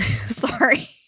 Sorry